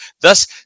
thus